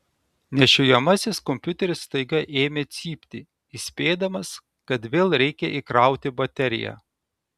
nešiojamasis kompiuteris staiga ėmė cypti įspėdamas kad vėl reikia įkrauti bateriją